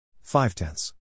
Five-tenths